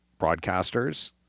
broadcasters